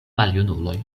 maljunuloj